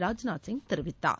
ராஜ்நாத் சிங் தெரிவித்தார்